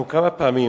אנחנו כמה פעמים,